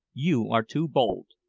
you are too bold.